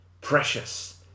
precious